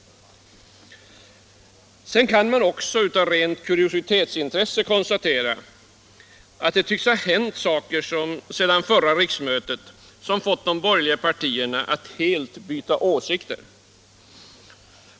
Sedan kan man också av rent kuriositetsintresse konstatera, att det tycks ha hänt saker efter förra riksmötet som fått de borgerliga partierna att helt ändra åsikter.